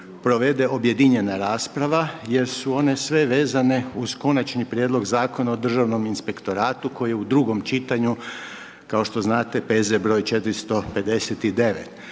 provede objedinjena rasprava jer su one sve vezane uz Konačni prijedlog Zakona o Državnom inspektoratu koji je u drugom čitanju, kao što znate P.Z. br. 459.